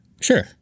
Sure